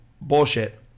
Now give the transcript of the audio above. bullshit